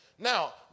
Now